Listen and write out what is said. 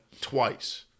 twice